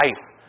life